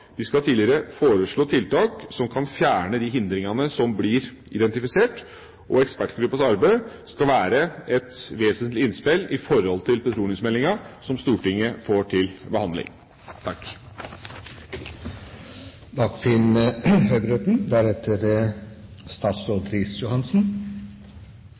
De skal videre foreslå tiltak som kan fjerne de hindringene som blir identifisert, og ekspertgruppens arbeid skal være et vesentlig innspill med tanke på petroleumsmeldinga som Stortinget får til behandling.